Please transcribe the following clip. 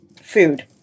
food